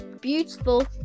Beautiful